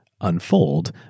unfold